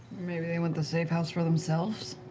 maybe they want the safe house for themselves?